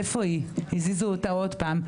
איפה היא הזיזו אותה עוד פעם,